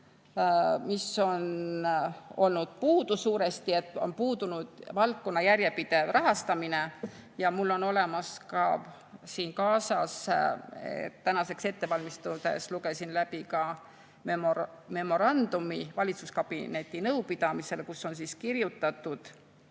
mis on olnud suuresti puudu. On puudunud valdkonna järjepidev rahastamine. Ja mul on olemas, ka siin kaasas, tänaseks ette valmistades lugesin läbi memorandumi valitsuskabineti nõupidamisele, kus on kirjutatud,